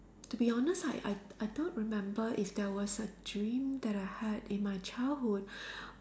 to be honest I I I don't remember if there was a dream that I had in my childhood